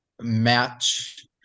match